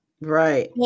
right